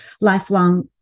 lifelong